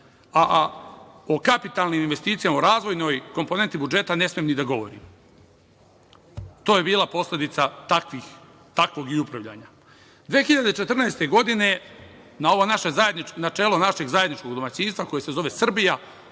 a o kapitalnim investicijama, o razvojnoj komponenti budžeta ne smem ni da govorim. To je bila posledica takvog i upravljanja. Godine 2014. na čelo našeg zajedničkog domaćinstva, koje se zove Srbija,